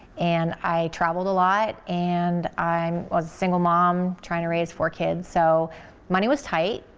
and i traveled a lot and i um was a single mom trying to raise four kids, so money was tight,